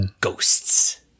Ghosts